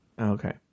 Okay